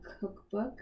cookbook